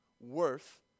worth